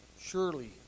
Surely